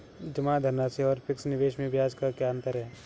जमा धनराशि और फिक्स निवेश में ब्याज का क्या अंतर है?